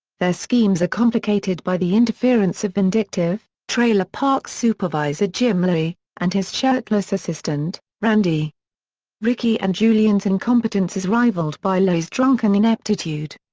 their schemes are complicated by the interference of vindictive, trailer-park-supervisor jim lahey, and his shirtless assistant, randy ricky and julian's incompetence is rivaled by lahey's drunken ineptitude.